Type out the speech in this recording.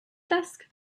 desk